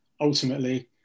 ultimately